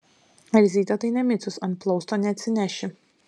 elzytė tai ne micius ant plausto neatsineši